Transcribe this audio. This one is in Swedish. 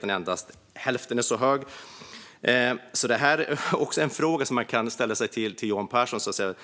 den endast är hälften så hög. Det leder fram till en fråga man kan ställa till Johan Pehrson.